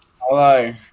Hello